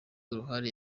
uruhare